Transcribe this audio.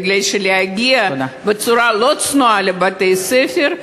מפני שלהגיע בצורה לא צנועה לבתי-ספר,